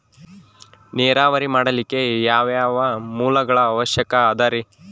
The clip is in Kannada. ನೇರಾವರಿ ಮಾಡಲಿಕ್ಕೆ ಯಾವ್ಯಾವ ಮೂಲಗಳ ಅವಶ್ಯಕ ಅದರಿ?